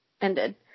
ended